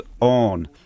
on